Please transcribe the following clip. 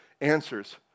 answers